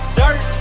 dirt